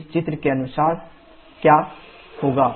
इस चित्र के अनुसार वह क्या होगा